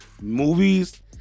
movies